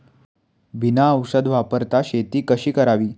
बिना औषध वापरता शेती कशी करावी?